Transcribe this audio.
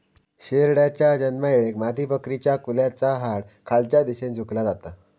शेरडाच्या जन्मायेळेक मादीबकरीच्या कुल्याचा हाड खालच्या दिशेन झुकला जाता